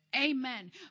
amen